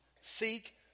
seek